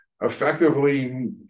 effectively